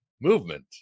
movement